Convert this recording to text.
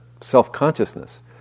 self-consciousness